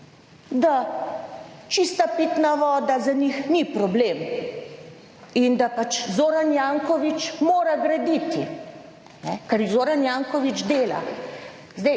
da čista pitna voda za njih ni problem in da pač Zoran Janković mora graditi, ker Zoran Janković dela.